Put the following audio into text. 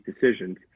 decisions